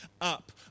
up